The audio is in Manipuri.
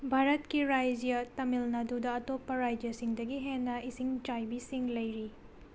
ꯚꯥꯔꯠꯀꯤ ꯔꯥꯖ꯭ꯌꯥ ꯇꯥꯃꯤꯜ ꯅꯥꯗꯨꯗ ꯑꯇꯣꯞꯄ ꯔꯥꯖ꯭ꯌꯥꯁꯤꯡꯗꯒꯤ ꯍꯦꯟꯅ ꯏꯁꯤꯡ ꯆꯥꯏꯕꯤꯁꯤꯡ ꯂꯩꯔꯤ